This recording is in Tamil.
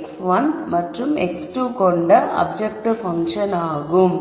x1 மற்றும் x2 கொண்ட அப்ஜெக்டிவ் பங்க்ஷன் ஆகும்